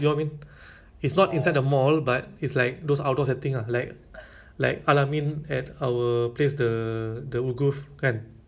phase the first week of phase two kan atau I think I jumpa my friend during the phase two second week ah kan